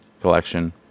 Collection